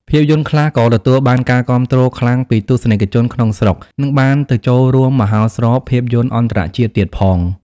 ភាពយន្តខ្លះក៏ទទួលបានការគាំទ្រខ្លាំងពីទស្សនិកជនក្នុងស្រុក និងបានទៅចូលរួមមហោស្រពភាពយន្តអន្តរជាតិទៀតផង។